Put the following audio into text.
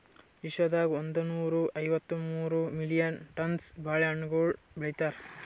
ವಿಶ್ವದಾಗ್ ಒಂದನೂರಾ ಐವತ್ತ ಮೂರು ಮಿಲಿಯನ್ ಟನ್ಸ್ ಬಾಳೆ ಹಣ್ಣುಗೊಳ್ ಬೆಳಿತಾರ್